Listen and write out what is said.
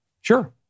Sure